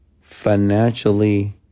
financially